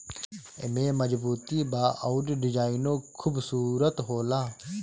एमे मजबूती बा अउर डिजाइनो खुबसूरत होला